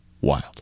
wild